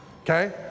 okay